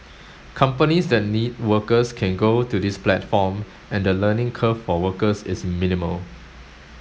companies that need workers can go to this platform and the learning curve for workers is minimal